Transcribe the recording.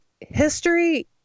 history